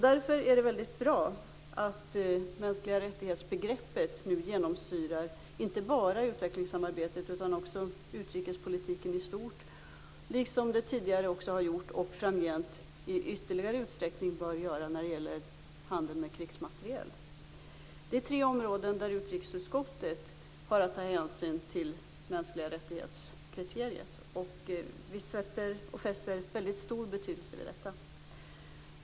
Därför är det väldigt bra att mänskliga rättighetsbegreppet nu genomsyrar inte bara utvecklingssamarbetet utan också utrikespolitiken i stort, liksom det tidigare också har gjort och framgent bör göra i ytterligare utsträckning när det gäller handeln med krigsmateriel. Det är tre områden där utrikesutskottet har att ta hänsyn till mänskliga rättighets-kriteriet. Vi fäster väldigt stor betydelse vid detta.